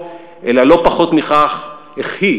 אלא לא פחות מכך איך היא,